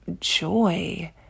joy